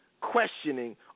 questioning